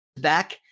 back